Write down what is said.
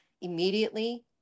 immediately